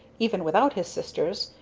even without his sisters,